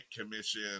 commission